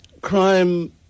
Crime